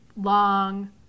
long